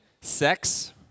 sex